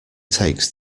takes